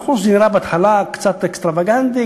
נכון שזה נראה בהתחלה קצת אקסטרווגנטי,